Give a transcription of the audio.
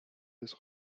des